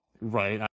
Right